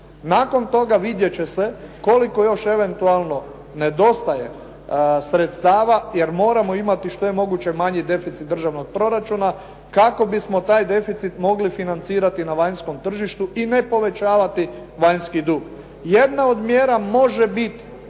Nakon toga vidjet će se koliko još eventualno nedostaje sredstava, jer moramo imati što je moguće manji deficit državnog proračuna kako bismo taj deficit mogli financirati na vanjskom tržištu i ne povećavati vanjski dug. Jedna od mjera može biti